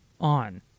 on